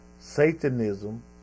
Satanism